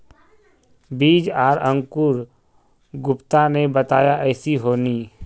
बीज आर अंकूर गुप्ता ने बताया ऐसी होनी?